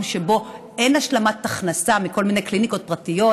שבו אין השלמת הכנסה מכל מיני קליניקות פרטיות,